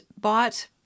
bought